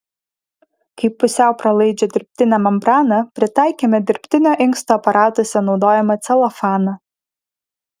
kaip pusiau pralaidžią dirbtinę membraną pritaikėme dirbtinio inksto aparatuose naudojamą celofaną